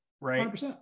right